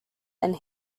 and